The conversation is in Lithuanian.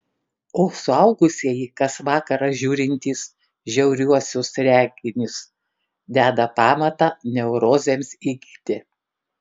o suaugusieji kas vakarą žiūrintys žiauriuosius reginius deda pamatą neurozėms įgyti